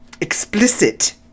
explicit